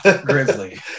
Grizzly